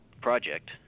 project